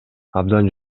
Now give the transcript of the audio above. абдан